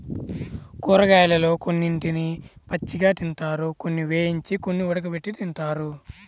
కూరగాయలలో కొన్నిటిని పచ్చిగా తింటారు, కొన్ని వేయించి, కొన్ని ఉడకబెట్టి తింటారు